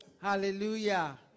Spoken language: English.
Hallelujah